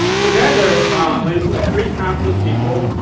together there's ah three types of people,